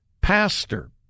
pastor